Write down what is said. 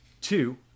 Two